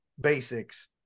basics